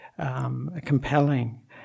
Compelling